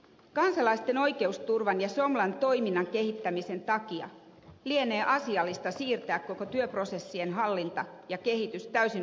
kansalaisten oikeusturvan ja somlan toiminnan kehittämisen takia lienee asiallista siirtää koko työprosessien hallinta ja kehitys täysin ulkopuoliseen järjestelyyn